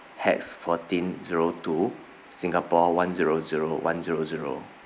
hash fourteen zero two singapore one zero zero one zero zero